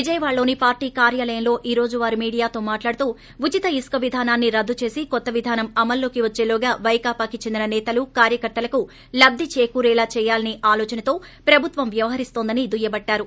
విజయవాడలోని పార్టీ కార్యాలయంలో ఈ రోజు వారు మీడియాతో మాట్లాడుతూ ఉచిత ఇసుక విధానాన్ని రద్దు చేసి కొత్త విధానం అమల్లోకి వచ్చేలోగా వైకాపా కి చెందిన సేతలు కార్యకర్తలకు లబ్గి చేకూరేలా చేయాలసే ఆలో చనతో ప్రభుత్వం వ్వవహరిస్తోందని దుయ్యబట్టారు